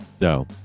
No